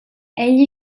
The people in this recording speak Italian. egli